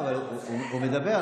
אבל הוא מדבר,